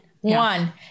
one